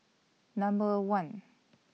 Number one